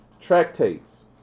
tractates